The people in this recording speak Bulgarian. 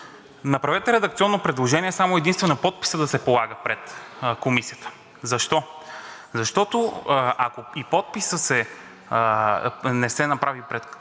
направете редакционно предложение само и единствено подписът да се полага пред комисията. Защо? Защото, ако и подписът не се направи пред самата